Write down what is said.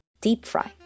deep-fry